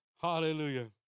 Hallelujah